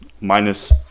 Minus